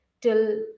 till